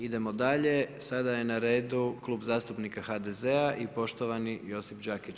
Idemo dalje, sada je na redu Klub zastupnika HDZ-a i poštovani Josip Đakić.